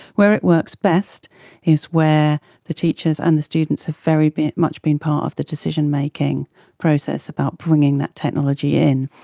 where it works best is where the teachers and the students have very much been part of the decision-making process about bringing that technology in,